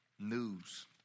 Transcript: news